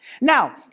Now